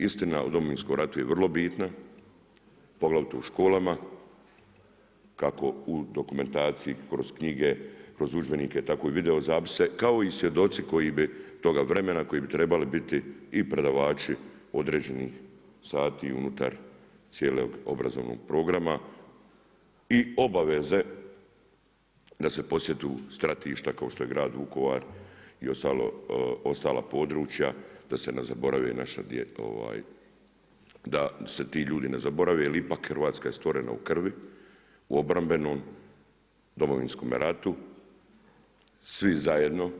Istina o Domovinskom ratu je vrlo bitna poglavito u školama kako u dokumentaciji kroz knjige, kroz udžbenike, tako i video zapise kao i svjedoci koji bi, toga vremena koji bi trebali biti i predavači određenih sati unutar cijelog obrazovnog programa i obaveze da se posjetu stratišta kao što je grad Vukovar i ostala područja, da se ne zaborave, da se ti ljudi ne zaborave jer ipak Hrvatska je stvorena u krvi, u obrambenome Domovinskome ratu svi zajedno.